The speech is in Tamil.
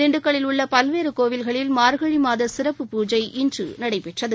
திண்டுக்கல்லில் உள்ளபல்வேறுகோவில்களில் மார்கழிமாதசிறப்பு பூஜை இன்றுநடைபெற்றது